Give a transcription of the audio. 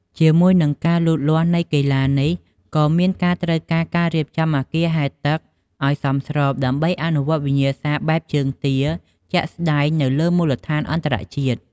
ជាមួយនឹងការលូតលាស់នៃកីឡានេះ ក៏មានការត្រូវការការរៀបចំអគារហែលទឹកឲ្យសមស្រប ដើម្បីអនុវត្តវិញ្ញាសាបែបជើងទាជាក់ស្តែងនៅលើមូលដ្ឋានអន្តរជាតិ។